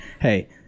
hey